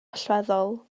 allweddol